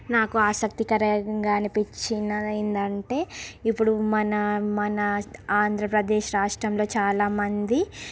నాకు ఆసక్తికరంగా అనిపించిన ఏందంటే ఇప్పుడు మన మన ఆంధ్రప్రదేశ్ రాష్ట్రంలో చాలా మంది